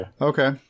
Okay